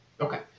Okay